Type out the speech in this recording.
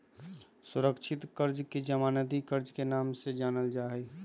सुरक्षित कर्ज के जमानती कर्ज के नाम से भी जानल जाहई